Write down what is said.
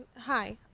hi,